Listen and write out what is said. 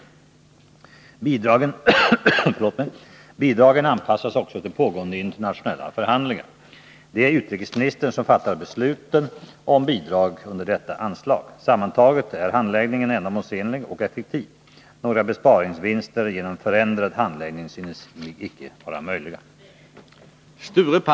Bidragen anpassas också till pågående internationella förhandlingar. Det är utrikesministern som fattar besluten om bidrag under detta anslag. Sammantaget är handläggningen ändamålsenlig och effektiv. Några besparingsvinster genom förändrad handläggning synes mig icke möjliga.